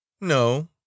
No